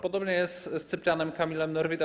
Podobnie jest z Cyprianem Kamilem Norwidem.